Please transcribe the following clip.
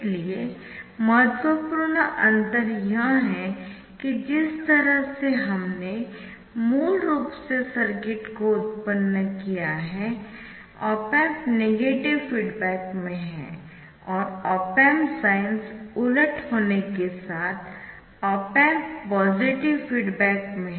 इसलिए महत्वपूर्ण अंतर यह है कि जिस तरह से हमने मूल रूप से सर्किट को उत्पन्न किया है ऑप एम्प नेगेटिव फीडबैक में है और ऑप एम्प साइन्स उलट होने के साथ ऑप एम्प पॉजिटिव फीडबैक में है